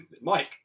Mike